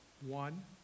One